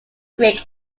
greek